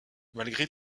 malgré